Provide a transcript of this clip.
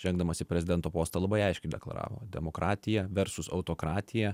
žengdamas į prezidento postą labai aiškiai deklaravo demokratija verslus autokratija